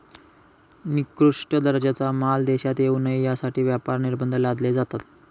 निकृष्ट दर्जाचा माल देशात येऊ नये यासाठी व्यापार निर्बंध लादले जातात